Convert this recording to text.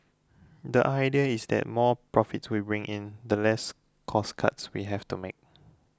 the idea is that more profits we bring in the less cost cuts we have to make